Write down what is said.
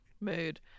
Mood